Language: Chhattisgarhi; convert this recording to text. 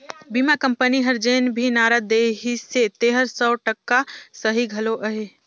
बीमा कंपनी हर जेन भी नारा देहिसे तेहर सौ टका सही घलो अहे